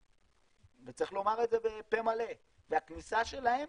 צריך לומר את זה בפה מלא, הכניסה שלהם